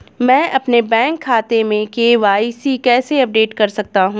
मैं अपने बैंक खाते में के.वाई.सी कैसे अपडेट कर सकता हूँ?